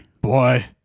Boy